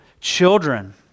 children